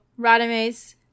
Radames